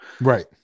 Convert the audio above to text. Right